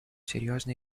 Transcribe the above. серьезные